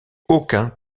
aucun